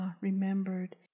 remembered